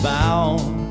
Bound